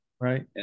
Right